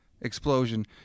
explosion